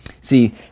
See